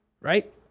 Right